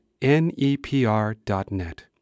nepr.net